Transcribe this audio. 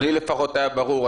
לי לפחות היה ברור.